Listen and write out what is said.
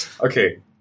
Okay